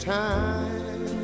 time